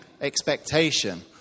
expectation